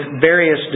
various